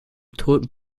toten